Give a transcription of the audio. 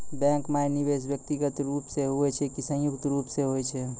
Bank माई निवेश व्यक्तिगत रूप से हुए छै की संयुक्त रूप से होय छै?